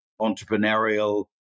entrepreneurial